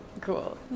Cool